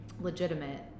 legitimate